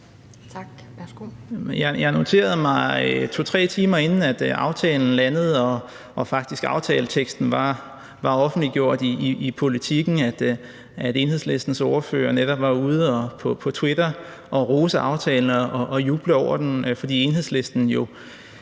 Jeg noterede mig, to-tre timer inden aftalen landede og aftaleteksten faktisk var offentliggjort i Politiken, at Enhedslistens ordfører netop var ude på Twitter og rose aftalen og juble over den, fordi Enhedslisten jo